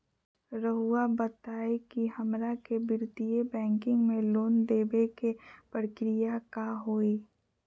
रहुआ बताएं कि हमरा के वित्तीय बैंकिंग में लोन दे बे के प्रक्रिया का होई?